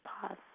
pause